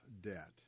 debt